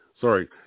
Sorry